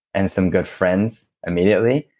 and some good friends, immediately,